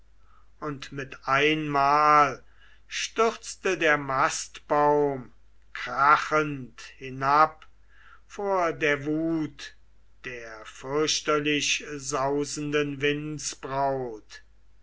und mit einmal stürzte der mastbaum krachend hinab vor der wut der fürchterlich sausenden